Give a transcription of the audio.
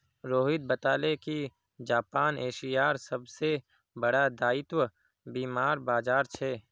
रोहित बताले कि जापान एशियार सबसे बड़ा दायित्व बीमार बाजार छे